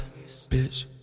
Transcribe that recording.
Bitch